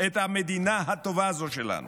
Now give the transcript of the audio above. את המדינה הטובה הזאת שלנו,